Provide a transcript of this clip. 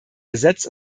gesetz